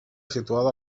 situada